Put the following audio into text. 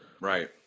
Right